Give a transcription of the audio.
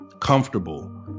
comfortable